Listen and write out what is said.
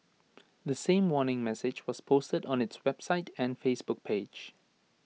the same warning message was posted on its website and Facebook page